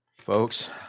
Folks